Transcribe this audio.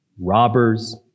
Robbers